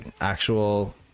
actual